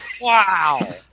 Wow